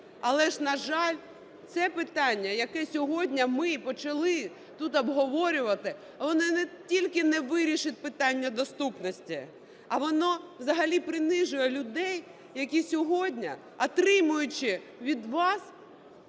Але ж, на жаль, це питання, яке сьогодні ми почали тут обговорювати, воно не тільки не вирішить питання доступності, а воно взагалі принижує людей, які сьогодні, отримуючи від вас